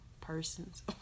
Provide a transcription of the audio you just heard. persons